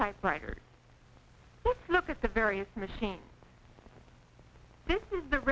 typewriter look at the various machines this is the